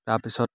তাৰ পিছত